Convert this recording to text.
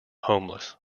homeless